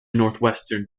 northwestern